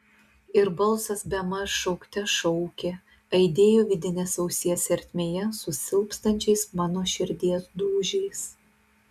ir balsas bemaž šaukte šaukė aidėjo vidinės ausies ertmėje su silpstančiais mano širdies dūžiais